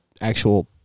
actual